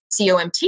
COMT